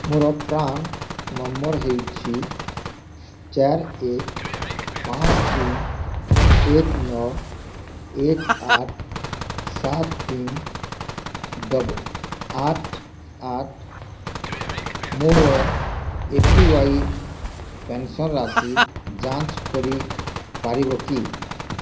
ମୋର PRAN number ହେଉଛି ଚାରି ଏକ ପାଞ୍ଚ ତିନି ଏକ ନଅ ଏକ ଆଠ ସାତ ତିନି ଡବ ଆଠ ଆଠ ମୋର ଏ ପି ୱାଇ ପେନ୍ସନ୍ ରାଶି ଯାଞ୍ଚ କରିପାରିବ କି